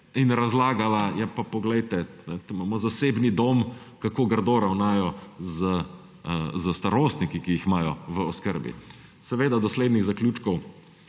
in razlagala, ja pa poglejte, tu imamo zasebni dom, kako grdo ravnajo s starostniki, ki jih imajo v oskrbi. Seveda doslednih zaključkov